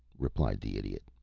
replied the idiot.